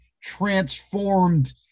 transformed